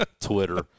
Twitter